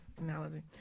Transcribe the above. analogy